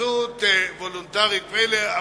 בהתייעצות וולונטרית, מילא.